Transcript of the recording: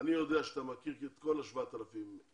ואני יודע שאתה מכיר את כל ה-7,000 אנשים,